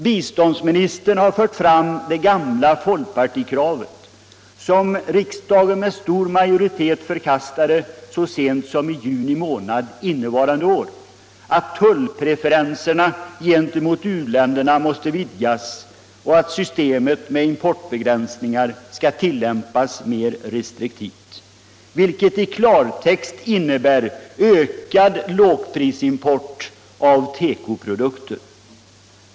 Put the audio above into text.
Biståndsministern har fört fram det gamla folkpartikravet, som riksdagen med stor majoritet förkastade så sent som i juni månad innevarande år, att tullpreferenserna gentemot u-länderna skall vidgas och att systemet med importbegränsningar skall tillimpas mer restriktivt. Detta innebär i klartext ökad lågprisimport av tekoprodukter.